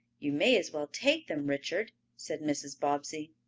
you may as well take them, richard, said mrs. bobbsey.